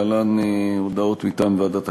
להלן הודעות מטעם ועדת הכנסת.